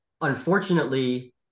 unfortunately